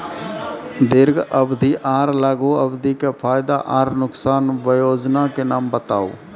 दीर्घ अवधि आर लघु अवधि के फायदा आर नुकसान? वयोजना के नाम बताऊ?